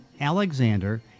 alexander